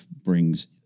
brings